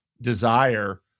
desire